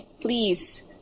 Please